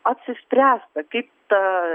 apsispręsta kaip ta